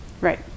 right